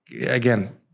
again